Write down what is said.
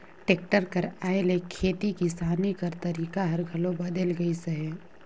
tractor कर आए ले खेती किसानी कर तरीका हर घलो बदेल गइस अहे